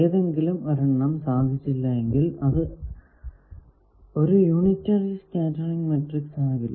ഏതെങ്കിലും ഒരെണ്ണം സാധിച്ചില്ല എങ്കിൽ അത് ഒരു യൂണിറ്ററി സ്കേറ്ററിങ് മാട്രിക്സ് ആകില്ല